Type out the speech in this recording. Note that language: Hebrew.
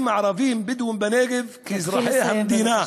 הערבים הבדואים בנגב כאל אזרחי המדינה.